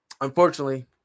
unfortunately